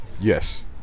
Yes